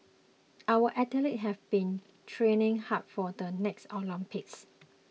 our athletes have been training hard for the next Olympics